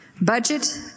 Budget